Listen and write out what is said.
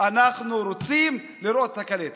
אנחנו רוצים לראות את הקלטת.